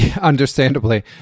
understandably